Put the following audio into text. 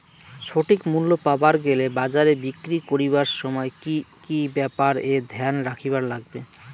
সঠিক মূল্য পাবার গেলে বাজারে বিক্রি করিবার সময় কি কি ব্যাপার এ ধ্যান রাখিবার লাগবে?